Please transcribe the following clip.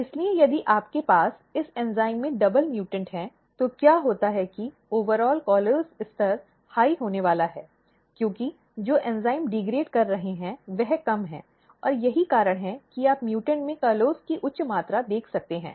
इसलिए यदि आपके पास इस एंजाइम में डबल म्यूटॅन्ट है तो क्या होता है कि ओवरऑल कॉलोज स्तर उच्च होने वाला है क्योंकि जो एंजाइम डिग्रेड कर रहे हैं वह कम है और यही कारण है कि आप म्यूटॅन्ट में कॉलोज की उच्च मात्रा देख सकते हैं